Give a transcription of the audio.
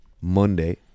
Monday